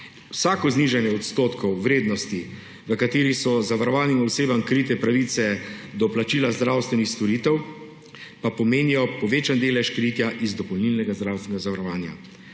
Vsako znižanje odstotkov vrednosti, v katerih so zavarovalnim osebam krite pravice do plačila zdravstvenih storitev, pa pomeni povečan delež kritja iz dopolnilnega zdravstvenega zavarovanja.